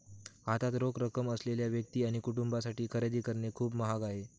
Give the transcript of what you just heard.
हातात रोख रक्कम असलेल्या व्यक्ती आणि कुटुंबांसाठी खरेदी करणे खूप महाग आहे